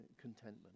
contentment